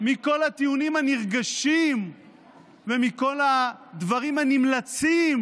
מכל הטיעונים הנרגשים ומכל הדברים הנמלצים